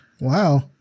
Wow